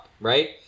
right